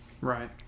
right